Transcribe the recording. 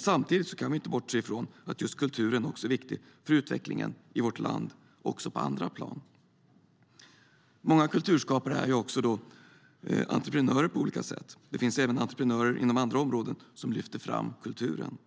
Samtidigt kan vi inte bortse från att just kulturen är viktig för utvecklingen i vårt land också på andra plan. Många kulturskapare är också entreprenörer på olika sätt. Det finns även entreprenörer inom andra områden som lyfter fram kulturen.